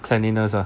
cleanliness !huh!